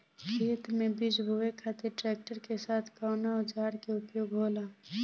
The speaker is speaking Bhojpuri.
खेत में बीज बोए खातिर ट्रैक्टर के साथ कउना औजार क उपयोग होला?